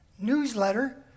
newsletter